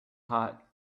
hot